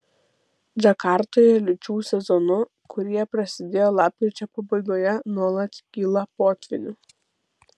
džakartoje liūčių sezonu kurie prasidėjo lapkričio pabaigoje nuolat kyla potvynių